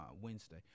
Wednesday